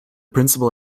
principal